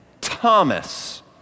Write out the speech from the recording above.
Thomas